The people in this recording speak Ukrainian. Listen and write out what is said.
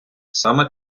саме